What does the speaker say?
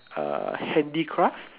uh handicraft